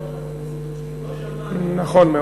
נכון.